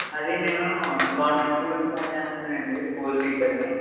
అదీ నేను government school నుంచి ఫోన్ చేస్తున్నానండి స్కూల్ టీచర్ని